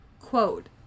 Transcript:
quote